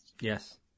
Yes